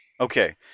Okay